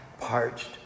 parched